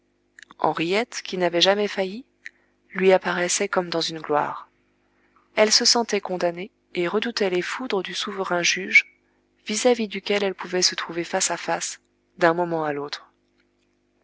henriette qui n'avait jamais failli lui apparaissait comme dans une gloire elle se sentait condamnée et redoutait les foudres du souverain juge vis-à-vis duquel elle pouvait se trouver face à face d'un moment à l'autre